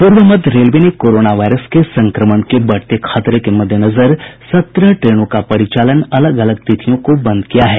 पूर्व मध्य रेलवे ने कोरोना वायरस के संक्रमण के बढ़ते खतरे के मद्देनजर सत्रह ट्रेनों का परिचालन अलग अलग तिथियों को बंद किया है